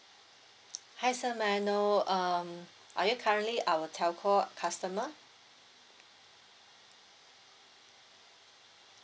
hi sir may I know um are you currently our telco customer